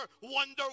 wonder